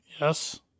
yes